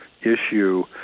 issue